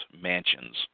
mansions